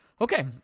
okay